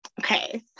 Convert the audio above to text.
Okay